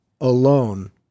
alone